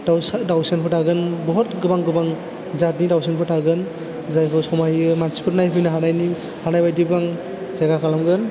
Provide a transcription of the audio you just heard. दावसा दावसेनफोर थागोन बहुत गोबां गोबां जातनि दावसेनफोर थागोन जायखौ समायो मानसिफोर नायफैनो हानायनि हानायबायदिबो आं जायगा खालामगोन